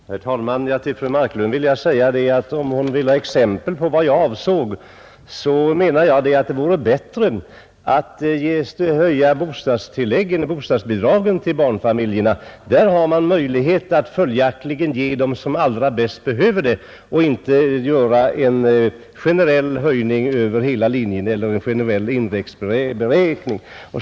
Herr talman! Till fru Marklund vill jag säga att om hon önskar ha exempel på vad jag avsåg, så menade jag att det vore bättre att höja bostadsbidragen till barnfamiljerna, Då har man möjlighet att ge dem som allra bäst behöver det, i stället för att företa en generell indexjustering.